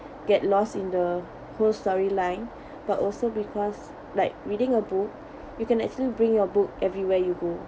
get lost in the whole story line but also because like reading a book you can actually bring your book everywhere you go